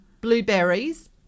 blueberries